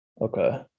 okay